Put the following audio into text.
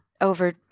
over